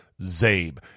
zabe